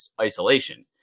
isolation